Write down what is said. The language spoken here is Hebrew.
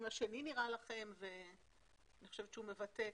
אם השני נראה לכם, אני חושבת שהוא מבטא.